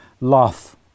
laugh